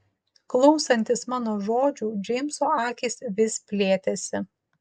klausantis mano žodžių džeimso akys vis plėtėsi